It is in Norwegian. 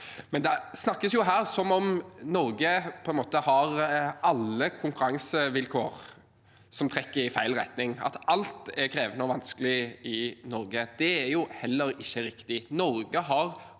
Men det snakkes her som om Norge på en måte har konkurransevilkår som alle trekker i feil retning, at alt er krevende og vanskelig i Norge. Det er jo heller ikke riktig.